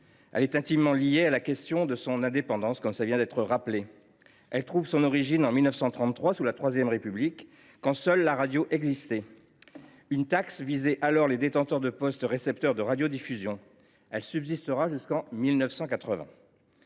Elle est intimement liée à celle de son indépendance. Elle trouve son origine en 1933, sous la Troisième République, quand seule la radio existait. Une taxe visait alors les détenteurs de postes récepteurs de radiodiffusion. Elle subsistera, de